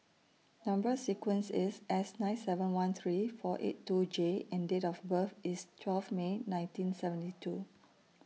Number sequence IS S nine seven one three four eight two J and Date of birth IS twelve May nineteen seventy two